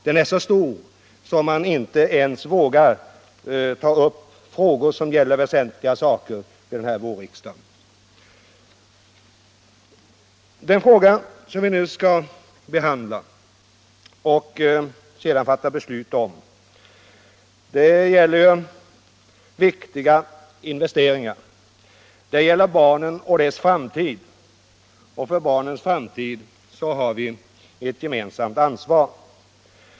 Den är så stor att man inte ens vågar ta upp väsentliga frågor vid den här vårriksdagen. Den fråga som vi nu skall diskutera och sedan fatta beslut om gäller ju viktiga investeringar. Den gäller barnen och deras framtid, och för barnens framtid har vi ett gemensamt ansvar.